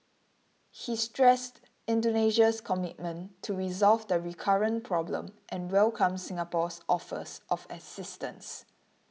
he stressed Indonesia's commitment to resolve the recurrent problem and welcomed Singapore's offers of assistance